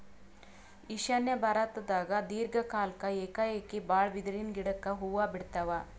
ಈಶಾನ್ಯ ಭಾರತ್ದಾಗ್ ದೀರ್ಘ ಕಾಲ್ಕ್ ಏಕಾಏಕಿ ಭಾಳ್ ಬಿದಿರಿನ್ ಗಿಡಕ್ ಹೂವಾ ಬಿಡ್ತಾವ್